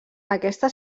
aquesta